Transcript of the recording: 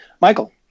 Michael